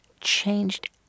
changed